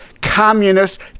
communist